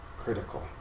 critical